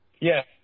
Yes